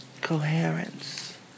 coherence